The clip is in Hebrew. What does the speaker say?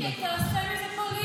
אתה עושה מזה פוליטי.